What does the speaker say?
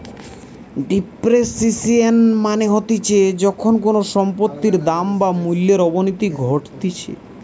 depreciation মানে হতিছে যখন কোনো সম্পত্তির দাম বা মূল্যর অবনতি ঘটতিছে